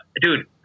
Dude